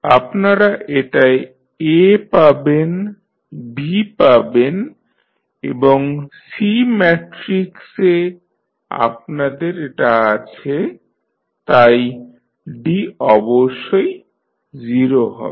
আপনারা এটায় A পাবেন B পাবেন এবং C ম্যাট্রিক্সে আপনাদের এটা আছে তাই D অবশ্যই 0 হবে